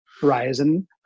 Horizon